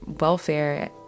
welfare